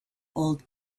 old